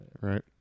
Right